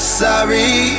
sorry